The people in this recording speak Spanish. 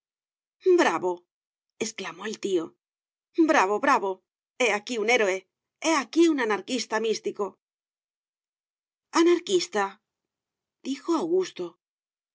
feliz bravo exclamó el tío bravo bravo he aquí un héroe he aquí un anarquista místico anarquista dijo augusto